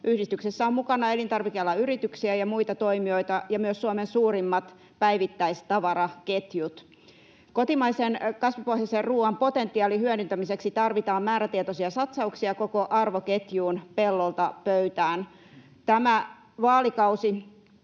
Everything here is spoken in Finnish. Yhdistyksessä on mukana elintarvikealan yrityksiä ja muita toimijoita ja myös Suomen suurimmat päivittäistavaraketjut. Kotimaisen kasvipohjaisen ruuan potentiaalin hyödyntämiseksi tarvitaan määrätietoisia satsauksia koko arvoketjuun, pellolta pöytään. Tämä vaalikausi